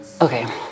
Okay